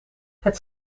het